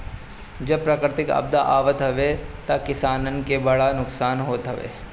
जब प्राकृतिक आपदा आवत हवे तअ किसानन के बड़ा नुकसान होत हवे